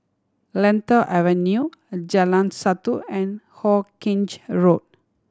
Lentor Avenue Jalan Satu and Hawkinge Road